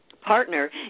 partner